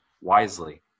wisely